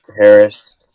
Harris